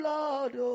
Lord